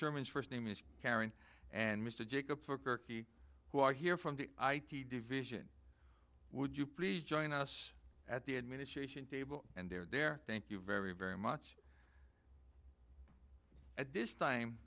shermans first name is karen and mr jacob who are here from the i t division would you please join us at the administration table and they're there thank you very very much at this time